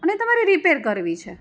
અને તમારે રિપેર કરવી છે